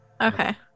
Okay